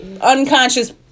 unconscious